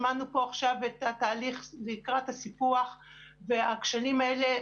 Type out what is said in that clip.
שמענו פה עכשיו את התהליך לקראת הסיפוח והכשלים האלה.